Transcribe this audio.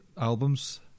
albums